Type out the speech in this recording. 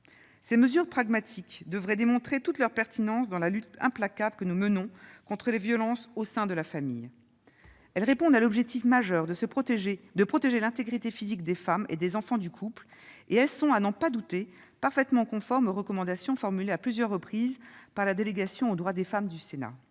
Ces mesures pragmatiques devraient démontrer toute leur pertinence dans la lutte implacable que nous menons contre les violences au sein de la famille. Elles répondent à l'objectif majeur de protéger l'intégrité physique de la femme et des enfants du couple et elles sont, à n'en pas douter, parfaitement conformes aux recommandations formulées à plusieurs reprises par la délégation aux droits des femmes du Sénat.